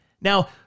Now